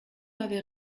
avait